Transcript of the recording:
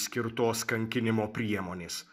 skirtos kankinimo priemonės